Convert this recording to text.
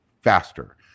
faster